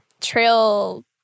trail